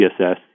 CSS